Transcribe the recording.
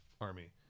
army